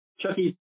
Chucky